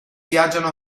viaggiano